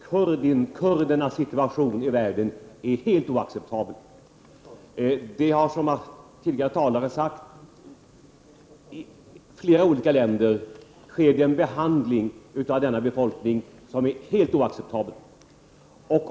Herr talman! Detta är naturligtvis allvarligt. Kurdernas situation i världen är helt oacceptabel. Som tidigare talare har sagt sker i flera länder en behandling av denna befolkning som är helt oacceptabel.